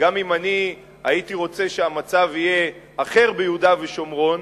גם אם אני הייתי רוצה שהמצב יהיה אחר ביהודה ושומרון,